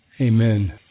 Amen